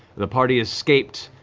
the party escaped,